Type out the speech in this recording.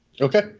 Okay